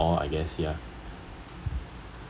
not all I guess ya